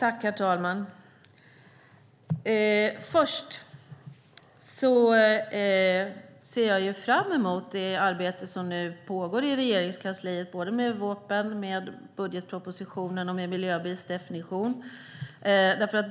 Herr talman! Jag ser fram emot det arbete som pågår i Regeringskansliet med vårpropositionen, med budgetpropositionen och med en miljöbilsdefinition.